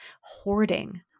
hoarding